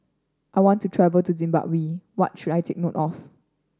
I want to travel to Zimbabwe What should I take note of